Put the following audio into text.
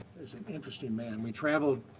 interesting man. we traveled,